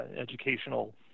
educational